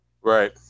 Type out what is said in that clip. Right